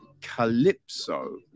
Calypso